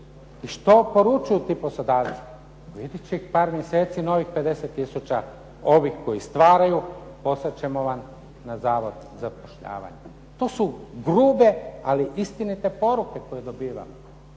Što poručuju ti poslodavci? U idućih par mjeseci novih 50 tisuća ovih koji stvaraju poslat ćemo vam na zavod za zapošljavanje. To su grube, ali istinite poruke koje dobivamo.